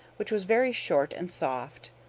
which was very short and soft,